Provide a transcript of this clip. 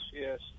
Yes